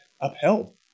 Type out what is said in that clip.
upheld